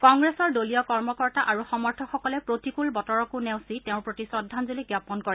কংগ্ৰেছৰ দলীয় কৰ্মকৰ্তা আৰু সমৰ্থকসকলে প্ৰতিকূল বতৰকো নেওচি তেওঁৰ প্ৰতি শ্ৰদ্ধাঞ্জলী জাপন কৰে